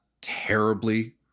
terribly